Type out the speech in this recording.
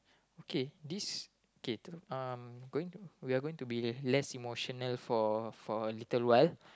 okay this okay um going we are going to be less emotional for for a little while